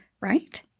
right